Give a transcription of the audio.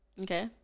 Okay